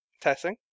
Testing